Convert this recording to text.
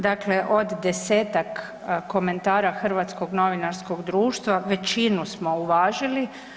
Dakle, od desetak komentara Hrvatskog novinarskog društva većinu smo uvažili.